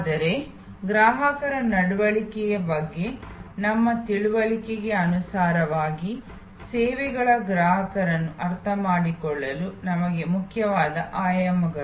ಆದರೆ ಗ್ರಾಹಕರ ನಡವಳಿಕೆಯ ಬಗ್ಗೆ ನಮ್ಮ ತಿಳುವಳಿಕೆಗೆ ಅನುಸಾರವಾಗಿ ಸೇವೆಗಳ ಗ್ರಾಹಕರನ್ನು ಅರ್ಥಮಾಡಿಕೊಳ್ಳಲು ನಮಗೆ ಮುಖ್ಯವಾದ ಆಯಾಮಗಳು